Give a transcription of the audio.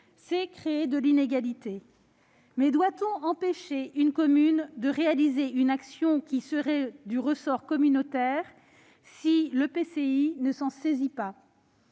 à créer de l'inégalité. Mais doit-on empêcher une commune de réaliser une action qui relève du ressort communautaire si l'EPCI ne s'en saisit pas ?